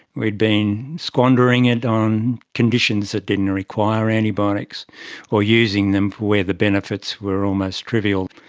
we had been squandering it on conditions that didn't require antibiotics or using them for where the benefits were almost trivial.